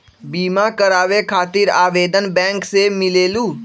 बिमा कराबे खातीर आवेदन बैंक से मिलेलु?